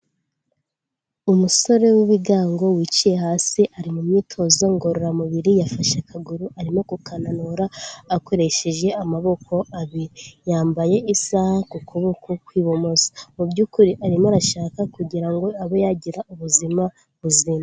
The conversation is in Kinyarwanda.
Umusore w'ibigango wiciye hasi ari mu myitozo ngororamubiri, yafashe akaguru arimo kukananura akoresheje amaboko abiri. Yambaye isaha ku kuboko kw'ibumoso. Mu by'ukuri arimo arashaka kugira ngo abe yagira ubuzima buzima.